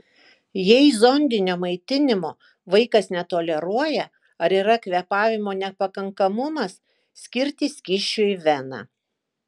jei zondinio maitinimo vaikas netoleruoja ar yra kvėpavimo nepakankamumas skirti skysčių į veną